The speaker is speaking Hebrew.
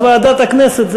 אז ועדת הכנסת.